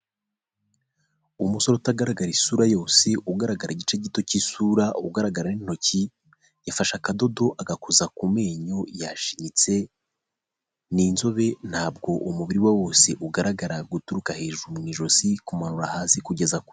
Umusore utagaragara isura yose ugaragara igice gito cy'isura ugaragara n'intoki, yafashe akadodo agakoza ku menyo yashinyitse ni inzobe ntabwo umubiri we wose ugaragara guturuka hejuru mu ijosi kumanura hasi kugeza.